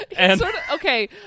Okay